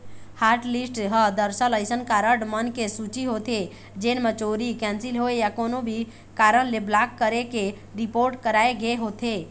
hotlist ह दरअसल अइसन कारड मन के सूची होथे जेन म चोरी, कैंसिल होए या कोनो भी कारन ले ब्लॉक करे के रिपोट कराए गे होथे